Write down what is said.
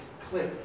click